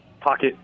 pocket